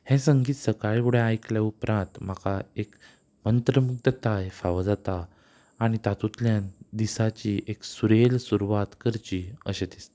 हें संगीत सकाळी फुडें आयकल्या उपरांत म्हाका एक अंतर्मुक्तताय फावो जाता आनी तातूंतल्यान दिसाची एक सुरेल सुरवात करची अशें दिसता